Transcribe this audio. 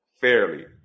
fairly